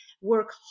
work